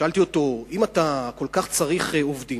שאלתי אותו: אם אתה כל כך צריך עובדים,